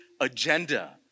agenda